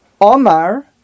Omar